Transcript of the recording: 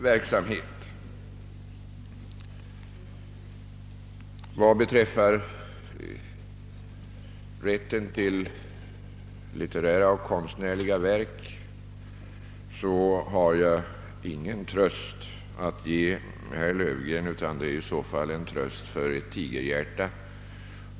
verksamhet; Vad beträffar rätten till litterära och konstnärliga verk har jag ingen annan tröst att ge herr Löfgren än en tröst för ett tigerhjärta.